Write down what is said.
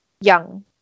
Young